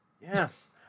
yes